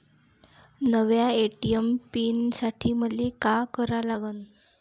नव्या ATM pin साठी मले का करा लागन?